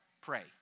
Pray